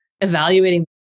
evaluating